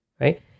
right